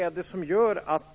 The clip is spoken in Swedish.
Så är det.